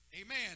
Amen